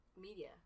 media